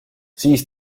siis